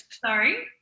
Sorry